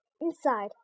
inside